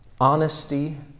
honesty